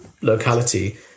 locality